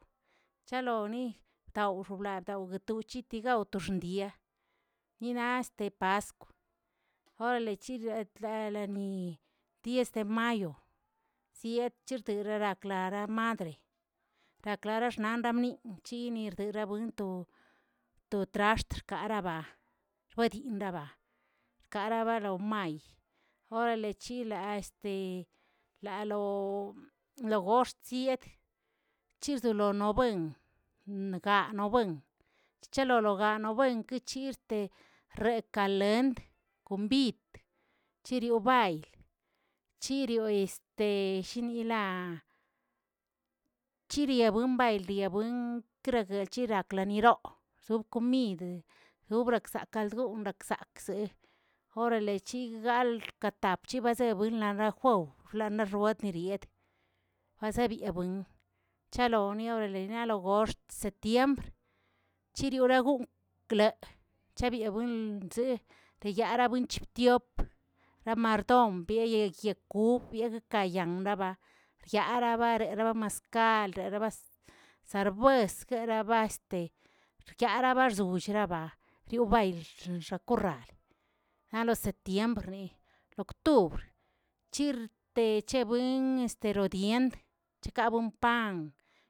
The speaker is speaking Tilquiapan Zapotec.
Chaloni tawxobla taw tochitigawꞌ to dia, ninaste paskw orale chiria tlaleni diez de mayo, zietchirxa klara madre, raklara xnandami chirniderabuin to- to traxt xkaraba roedin raba xkaraba lao may, orale chila lalo logoxt siea chirslodnobuen ngaa no buen chchanologano inkirchirte rekalend, konbid, chirio bayl chirio eshinyilaa chiribuinbayldabuyng kregachiraꞌ laniroꞌo, subkomid jubrasakkaldoꞌo raksak'seꞌe, orale chiggal katap chibarezbuinlano bwowflaw xweteriet, jazeꞌbibuen chaloni orale laniogoxtz septiembre, chiriarogung kle chebiabuinlə chzee yaarabuenchiptiemb ramardom, yeyegyakuch, wieguekayan, byaarabayoo, lomaskal byarabaa sarbuesjeraba este yarabarzollieraba' yurbaylə shakorral, aloseptiembr, lo octubr, chirte chebuen esterodiend cheka bonpam.